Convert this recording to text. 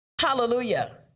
hallelujah